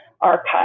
archive